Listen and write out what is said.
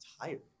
tired